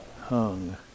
hung